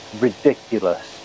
ridiculous